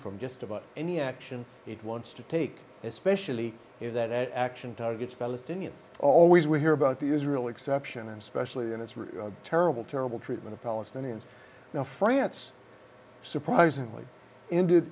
from just about any action it wants to take especially if that action targets palestinians always we hear about the israel exception especially and it's terrible terrible treatment of palestinians now france surprisingly ended